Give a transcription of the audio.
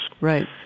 Right